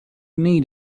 need